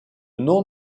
nom